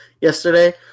yesterday